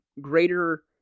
greater